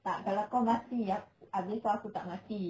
tak kalau kau mati habis tu aku tak mati